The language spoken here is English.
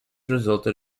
resulted